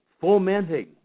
Fomenting